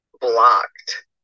blocked